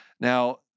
Now